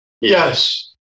Yes